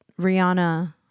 Rihanna